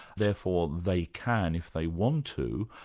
therefore they can, if they want to,